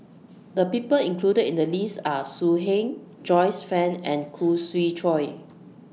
The People included in The list Are So Heng Joyce fan and Khoo Swee Chiow